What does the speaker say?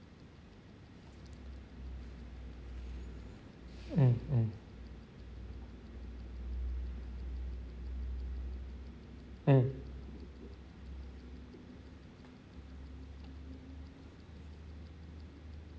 mm mm mm